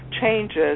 changes